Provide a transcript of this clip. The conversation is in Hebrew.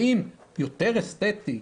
האם יותר אסתטי,